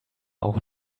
auch